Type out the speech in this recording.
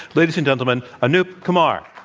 ladies and gentlemen, anoop kumar.